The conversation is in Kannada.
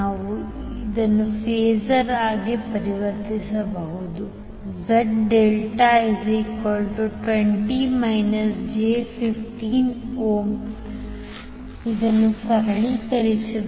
ನಾವು ಇದನ್ನು ಫಾಸರ್ ಆಗಿ ಪರಿವರ್ತಿಸಬಹುದು Z∆20 j1525∠ 36